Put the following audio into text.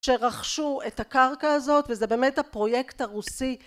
שרכשו את הקרקע הזאת וזה באמת הפרויקט הרוסי